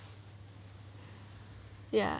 ya